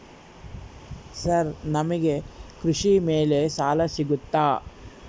Sir ನಮಗೆ ಕೃಷಿ ಮೇಲೆ ಸಾಲ ಸಿಗುತ್ತಾ?